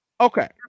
Okay